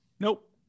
Nope